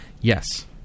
yes